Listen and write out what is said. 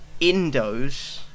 Indos